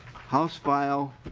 house file